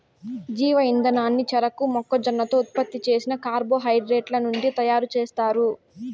జీవ ఇంధనాన్ని చెరకు, మొక్కజొన్నతో ఉత్పత్తి చేసిన కార్బోహైడ్రేట్ల నుంచి తయారుచేస్తారు